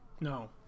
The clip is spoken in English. No